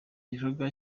gikorwa